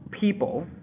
people